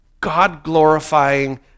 God-glorifying